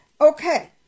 Okay